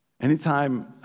Anytime